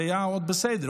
זה היה עוד בסדר,